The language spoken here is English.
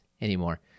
anymore